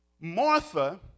Martha